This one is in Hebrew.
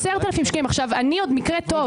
אני עוד מקרה טוב.